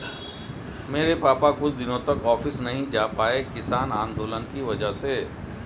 मेरे पापा कुछ दिनों तक ऑफिस नहीं जा पाए किसान आंदोलन की वजह से